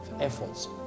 efforts